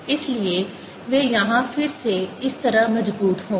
इसलिए वे यहां फिर से इस तरह मजबूत होंगी